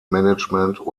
management